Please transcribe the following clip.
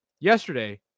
Yesterday